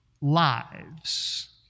lives